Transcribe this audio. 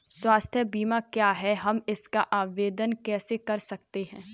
स्वास्थ्य बीमा क्या है हम इसका आवेदन कैसे कर सकते हैं?